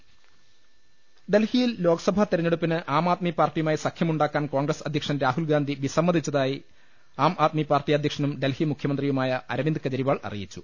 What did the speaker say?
ലലലലല ഡൽഹിയിൽ ലോക്സഭാ തെരഞ്ഞെടുപ്പിന് ആം ആദ്മി പാർട്ടിയുമായി സഖ്യമുണ്ടാക്കാൻ കോൺഗ്രസ് അധ്യക്ഷൻ രാഹുൽഗാന്ധി വിസമ്മതിച്ചതായി ആം ആദ്മി പാർട്ടി അധ്യക്ഷനും ഡൽഹി മുഖ്യമന്ത്രിയുമായ അരവിന്ദ് കെജ്രിവാൾ അറിയിച്ചു